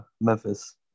Memphis